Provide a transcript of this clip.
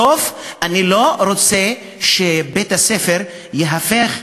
בסוף אני לא רוצה שבית-הספר יהפוך,